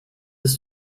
des